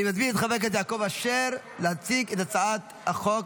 אני מזמין את חבר הכנסת יעקב אשר להציג את הצעת החוק,